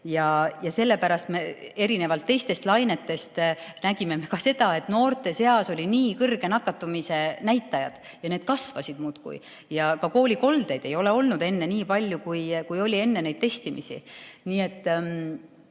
Ja sellepärast me erinevalt teistest lainetest nägime ka seda, et noorte seas olid nii kõrged nakatumisnäitajad, need muudkui kasvasid ja ka koolikoldeid polnud enne nii palju olnud, kui oli enne neid testimisi.